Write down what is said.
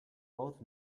both